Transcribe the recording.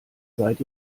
seit